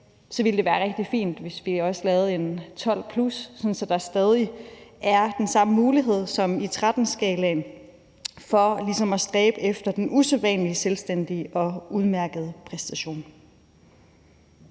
vi laver den her lette model, laver vi også en 12+, sådan at der stadig er den samme mulighed som med 13-skalaen for ligesom at stræbe efter den usædvanlig selvstændige og udmærkede præstation.